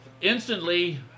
instantly